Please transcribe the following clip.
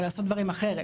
ולעשות דברים אחרת.